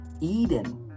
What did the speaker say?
Eden